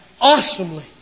awesomely